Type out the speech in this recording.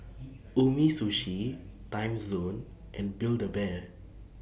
Umisushi Timezone and Build A Bear